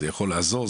זה יכול לעזור,